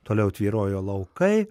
toliau tvyrojo laukai